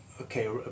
okay